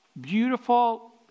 beautiful